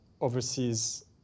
overseas